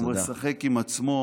הוא משחק עם עצמו